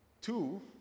Two